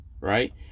Right